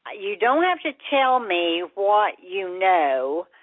ah you don't have to tell me what you know,